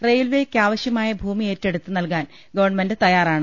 റെയിൽവേക്കാവശ്യമായ ഭൂമി ഏറ്റെടുത്ത് നൽകാൻ ഗവൺമെന്റ് തയ്യാറാണ്